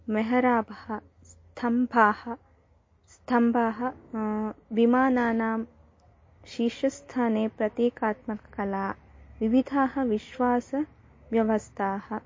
मेहराभा स्तम्भाः स्तम्भाः विमानानां शीर्षस्थाने प्रतीकात्मककलाः विविधाः विश्वासव्यवस्थाः